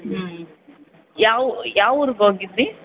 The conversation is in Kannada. ಹ್ಞೂ ಯಾವ ಯಾವ ಊರಿಗೆ ಹೋಗಿದ್ರಿ